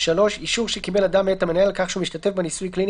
"(3) אישור שקיבל אדם מאת המנהל על כך שהוא משתתף בניסוי קליני